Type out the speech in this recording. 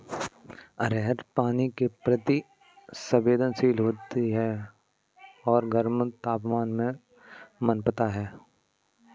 अरहर पानी के प्रति संवेदनशील होता है और गर्म तापमान में पनपता है